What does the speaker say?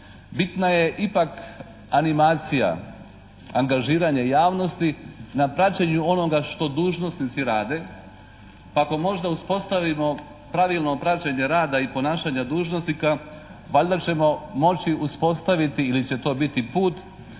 Bitna je ipak animacija angažiranje javnost na praćenju onoga što dužnosnici rade. Pa ako možda uspostavimo pravilno praćenje rada i ponašanje dužnosnika valjda ćemo moći uspostaviti ili će to biti put